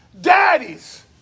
daddies